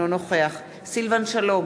אינו נוכח סילבן שלום,